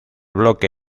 bloque